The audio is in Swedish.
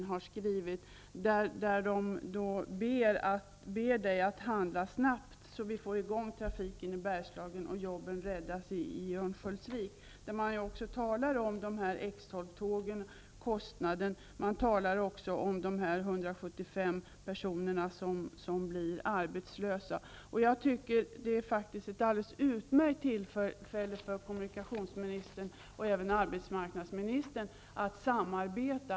De ber kommunikationsministern att handla snabbt så att trafiken kommer i gång i Kommunalråden tar upp frågan om kostnaderna för X 12-tågen och de 175 personer som riskerar att bli arbetslösa. Jag tycker att det här är ett alldeles utmärkt tillfälle för kommunikationsministern, och även arbetsmarknadsministern, att samarbeta.